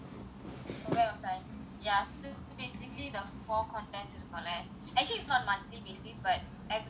oh where was I ya so basically the four content is actually is not monthly basis but every four cycle